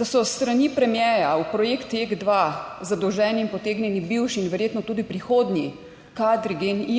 Da so s strani premierja v projekt Jek 2 zadolženi in potegnjeni bivši in verjetno tudi prihodnji kadri GEN-I,